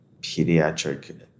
pediatric